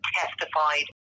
testified